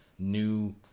new